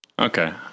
Okay